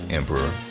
emperor